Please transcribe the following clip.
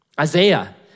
Isaiah